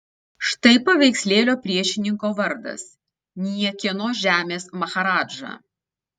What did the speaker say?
štai paveikslėlio priešininko vardas niekieno žemės maharadža